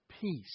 peace